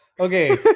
okay